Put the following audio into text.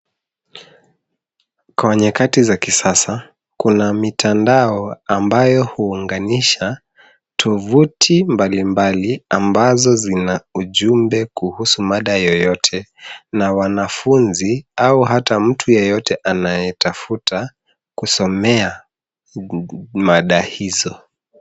Kwa nyakati za kisasa, kuna mitandao ambayo huunganisha tovuti mbalimbali ambazo zina ujumbe kuhusu mada yoyote na wanafunzi au hata mtu yeyote anayetafuta kusomea mada hizo.